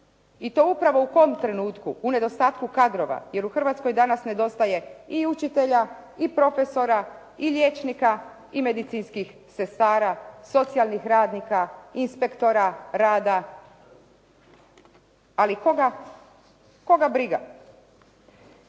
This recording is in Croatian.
i to upravo u kojem trenutku, u nedostatku kadrova jer u Hrvatskoj danas nedostaje i učitelja i profesora i liječnika i medicinskih sestara, socijalnih radnika, inspektora rada, ali koga briga.